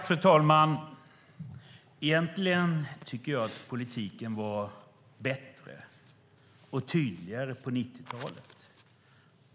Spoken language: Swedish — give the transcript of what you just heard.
Fru talman! Egentligen tycker jag att politiken var bättre och tydligare på 90-talet.